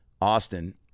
Austin